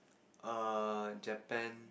err Japan